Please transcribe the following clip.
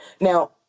Now